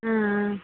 ஆ ஆ